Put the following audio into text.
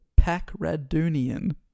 Pacradunian